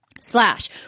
slash